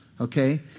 Okay